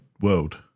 world